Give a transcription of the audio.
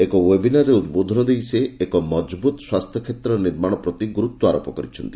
ଏକ ୱେବନାରରେ ଉଦ୍ବୋଧନ ଦେଇ ସେ ଏକ ମଜବୁତ ସ୍ୱାସ୍ଥ୍ୟକ୍ଷେତ୍ର ନିର୍ମାଣ ପ୍ରତି ଗୁରୁଡ୍ୱାରୋପ କରିଛନ୍ତି